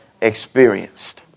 experienced